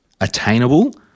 Attainable